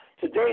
today